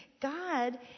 God